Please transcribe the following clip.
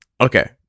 okay